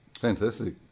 Fantastic